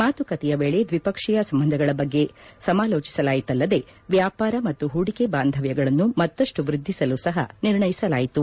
ಮಾತುಕತೆಯ ವೇಳೆ ದ್ವಿಪಕ್ಷೀಯ ಸಂಬಂಧಗಳ ಬಗ್ಗೆ ಸಾಮಾಲೋಚಿಸಲಾಯಿತ್ತಲ್ಲದೇ ವ್ಲಾಪರ ಮತ್ತು ಪೂಡಿಕೆ ಬಾಂಧವ್ಯಗಳನ್ನು ಮತ್ತಷ್ಟು ವೃದ್ದಿಸಲು ಸಹ ನಿರ್ಣಯಿಸಲಾಯಿತು